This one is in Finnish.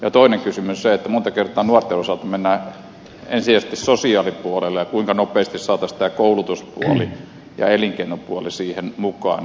ja toinen kysymys on se montako kertaa nuorten osalta mennään ensisijaisesti sosiaalipuolelle ja kuinka nopeasti saataisiin koulutuspuoli ja elinkeinopuoli siihen mukaan